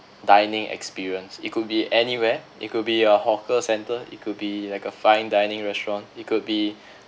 dining experience it could be anywhere it could be a hawker centre it could be like a fine dining restaurant it could be